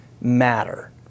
matter